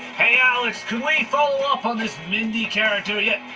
hey, alex, can we follow up on this mindy character? yeah,